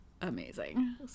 Amazing